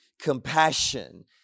compassion